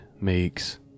makes